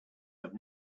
have